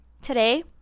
Today